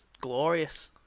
glorious